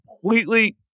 completely